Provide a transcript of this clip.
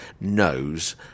knows